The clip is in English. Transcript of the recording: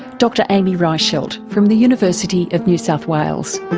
dr amy reichelt from the university of new south wales.